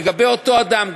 לגבי אותו אדם,